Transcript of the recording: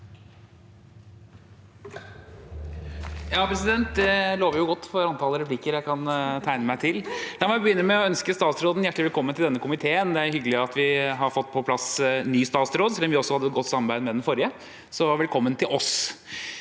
(H) Det lover jo godt for antallet replikker jeg kan tegne meg til. La meg begynne med å ønske statsråden hjertelig velkommen til denne komiteen. Det er hyggelig at vi har fått på plass en ny statsråd, selv om vi også hadde et godt samarbeid med den forrige – så velkommen til oss.